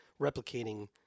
replicating